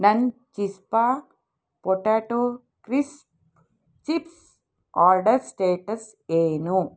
ನನ್ನ ಚಿಜ಼್ಪಾ potato crisp chips order status ಏನು